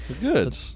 Good